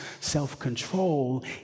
Self-control